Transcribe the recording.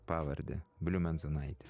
pavardę bliumenzonaitė